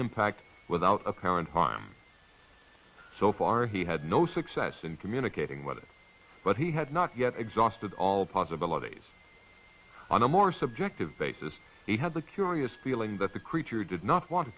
impact without apparent harm so far he had no success in communicating with it but he had not yet exhausted all possibilities on a more subjective basis he had the curious feeling that the creature did not want to